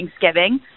Thanksgiving